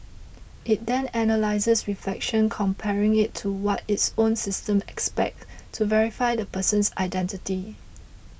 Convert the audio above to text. it then analyses reflection comparing it to what its own system expects to verify the person's identity